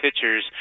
pitchers